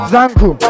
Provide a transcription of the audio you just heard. Zanku